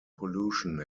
pollution